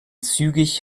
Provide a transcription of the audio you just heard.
zügig